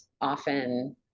often